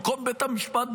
במקום בית המשפט,